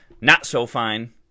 Not-So-Fine